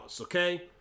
okay